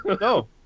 No